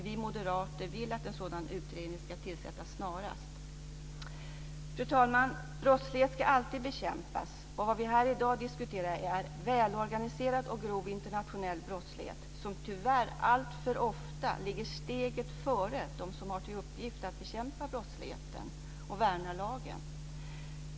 Vi moderater vill att en sådan utredning ska tillsättas snarast. Fru talman! Brottslighet ska alltid bekämpas. Vad vi här i dag diskuterar är välorganiserad och grov internationell brottslighet som tyvärr alltför ofta ligger steget före dem som har till uppgift att bekämpa brottsligheten och värna lagen.